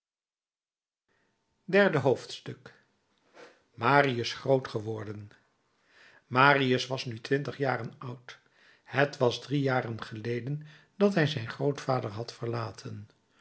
derde hoofdstuk marius groot geworden marius was nu twintig jaren oud het was drie jaren geleden dat hij zijn grootvader had verlaten